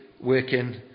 working